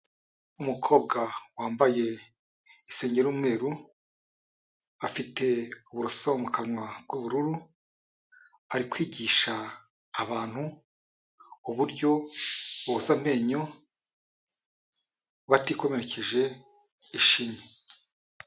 Umukobwa wambaye isengeri y'umweru, afite uburoso mu kanwa bw'ubururu ari kwigisha abantu uburyo boza amenyo batikomerekeje ishinya.